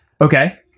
Okay